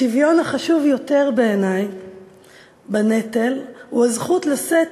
השוויון החשוב יותר בעיני בנטל הוא הזכות לשאת